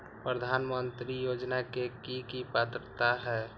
प्रधानमंत्री योजना के की की पात्रता है?